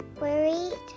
Worried